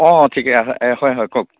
অঁ অঁ ঠিকে হয় হয় কওক